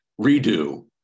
Redo